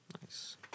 Nice